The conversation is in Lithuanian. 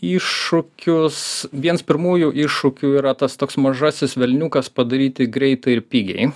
iššūkius vienas pirmųjų iššūkių yra tas toks mažasis velniukas padaryti greitai ir pigiai